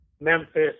Memphis